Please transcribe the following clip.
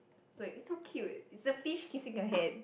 like so cute it's the fish kissing your hand